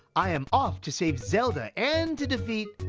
i am off to save zelda and to defeat.